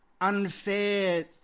unfair